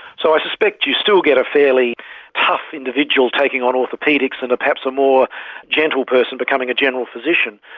so i suspect you still get a fairly tough individual taking on orthopaedics and perhaps a more gentle person becoming a general physician.